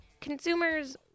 Consumers